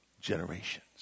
generations